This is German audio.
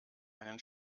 einen